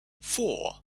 four